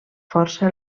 força